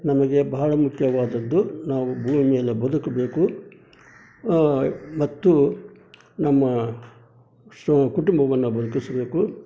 ನಮಗೆ ಭಾಳ ಮುಖ್ಯವಾದದ್ದು ನಾವು ಭೂಮಿಯಲ್ಲಿ ಬದುಕಬೇಕು ಮತ್ತು ನಮ್ಮ ಸೊ ಕುಟುಂಬವನ್ನು ಬದುಕಿಸಬೇಕು